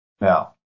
Now